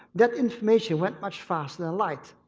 that information went much faster than light.